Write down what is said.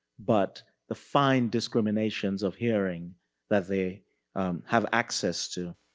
but the fine discriminations of hearing that they have access to.